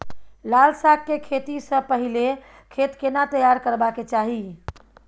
लाल साग के खेती स पहिले खेत केना तैयार करबा के चाही?